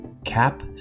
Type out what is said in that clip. cap